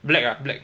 black ah black